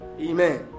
Amen